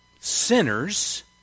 sinners